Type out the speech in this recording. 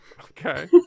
Okay